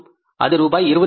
அது ரூபாய் 28000